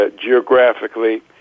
geographically